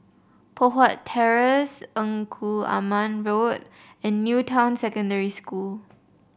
Poh Huat Terrace Engku Aman Road and New Town Secondary School